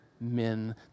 men